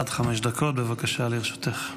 עד חמש דקות, לרשותך,